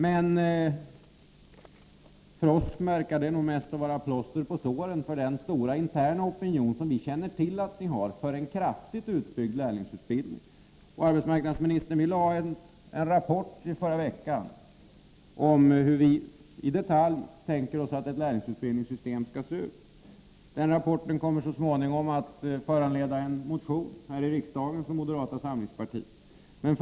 Men för oss verkar det mest vara plåster på såren med tanke på den stora interna opinion som vi vet finns hos er för en kraftig utbyggnad av lärlingsutbildningen. I förra veckan lade vi fram en rapport om hur vi i detalj tänker oss att ett lärlingsutbildningssystem skall se ut. Rapporten kommer så småningom att föranleda en motion här i riksdagen från moderata samlingspartiets sida.